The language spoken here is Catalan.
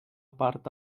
part